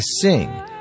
sing